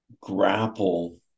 grapple